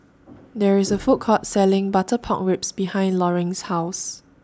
There IS A Food Court Selling Butter Pork Ribs behind Loring's House